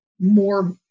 more